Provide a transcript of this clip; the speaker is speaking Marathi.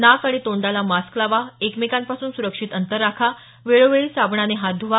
नाक आणि तोंडाला मास्क लावा एकमेकांपासून सुरक्षित अंतर राखा वेळोवेळी साबणाने हात धुवा